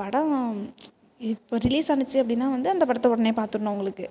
படம் இப்போ ரிலீஸ் ஆச்சி அப்படின்னா வந்து அந்த படத்தை ஒடனே பாத்துடணும் அவங்களுக்கு